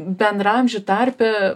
bendraamžių tarpe